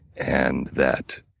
and that